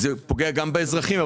זה פוגע גם באזרחים,